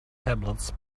tablets